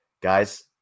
Guys